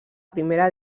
primera